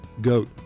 goat